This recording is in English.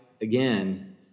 again